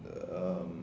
um